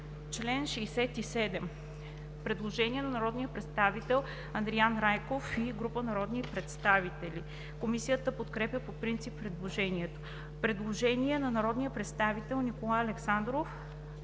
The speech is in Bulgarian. чл. 67 има предложение на народния представител Андриан Райков и група народни представители. Комисията подкрепя по принцип предложението. Предложение на народния представител Николай Александров.